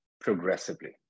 progressively